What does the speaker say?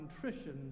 contrition